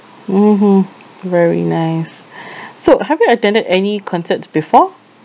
mmhmm very nice so have you attended any concerts before